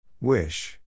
Wish